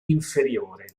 inferiore